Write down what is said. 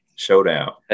showdown